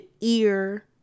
ear